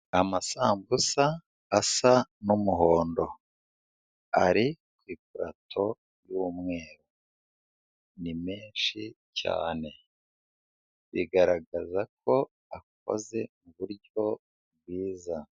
Amasambusa asa n'umuhondo, ari ku ipalato y'umweru, ni menshi cyane, bigaragaza ko akoze mu buryo bwiza.